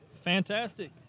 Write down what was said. Fantastic